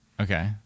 Okay